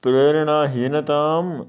प्रेरणाहीनतां